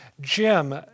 Jim